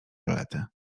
rolety